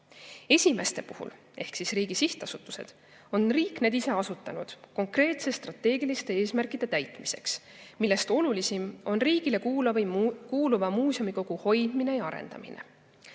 Esimeste ehk riigi sihtasutuste puhul on riik need ise asutanud konkreetsete strateegiliste eesmärkide täitmiseks, millest olulisim on riigile kuuluva muuseumikogu hoidmine ja arendamine.